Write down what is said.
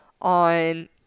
on